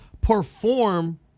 perform